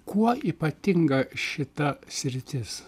kuo ypatinga šita sritis